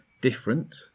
different